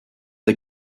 the